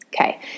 Okay